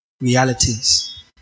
realities